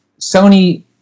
Sony